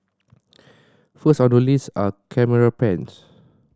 first on the list are camera pens